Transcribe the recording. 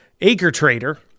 AcreTrader